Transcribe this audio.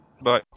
Bye